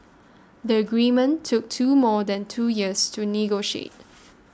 the agreement took two more than two years to negotiate